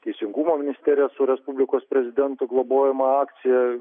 teisingumo ministerija su respublikos prezidentu globojama akcija